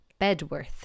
Bedworth